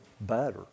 better